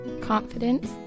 Confidence